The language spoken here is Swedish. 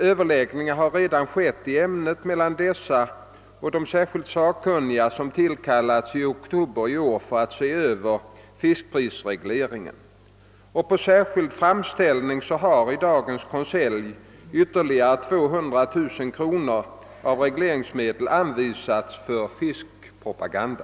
Överläggningar har redan skett i ämnet mellan dessa och de särskilda sakkunniga som tillkallats i oktober i år för att se över fiskprisregleringen, och på särskild framställning har i dagens konselj ytterligare 200 009 kronor av regleringsmedel anvisats för fiskpropaganda.